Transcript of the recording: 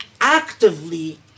actively